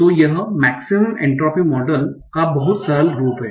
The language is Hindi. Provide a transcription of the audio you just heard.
तो यह मेक्सिमम एन्ट्रापी मॉडल का बहुत सरल रूप है